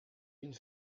une